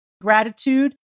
gratitude